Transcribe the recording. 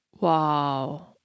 Wow